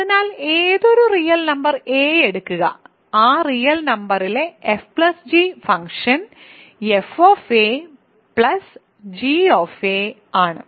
അതിനാൽ ഏതൊരു real number 'a' എടുക്കുക ആ റിയൽ നമ്പറിലെ fg ഫംഗ്ഷൻ 'fg' ആണ്